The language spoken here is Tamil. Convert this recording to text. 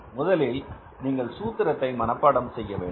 முதலில் நீங்கள் சூத்திரத்தை மனப்பாடம் செய்யவேண்டும்